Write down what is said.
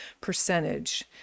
percentage